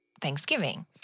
Thanksgiving